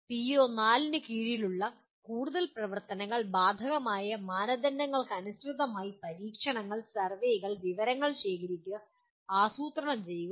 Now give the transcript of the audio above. PO4 ന് കീഴിലുള്ള കൂടുതൽ പ്രവർത്തനങ്ങൾ ബാധകമായ മാനദണ്ഡങ്ങൾക്കനുസൃതമായി പരീക്ഷണങ്ങൾ സർവേകൾ വിവരങ്ങൾ ശേഖരിക്കുക ആസൂത്രണം ചെയ്യുക